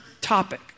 topic